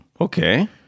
Okay